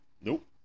Nope